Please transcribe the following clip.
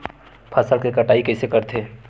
फसल के कटाई कइसे करथे?